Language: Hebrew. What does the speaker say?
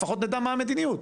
לפחות נדע מה המדיניות,